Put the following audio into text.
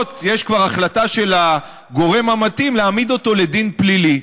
שלפחות יש כבר החלטה של הגורם המתאים להעמיד אותו לדין פלילי.